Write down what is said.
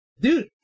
Dude